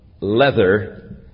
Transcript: leather